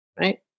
right